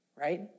Right